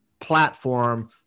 platform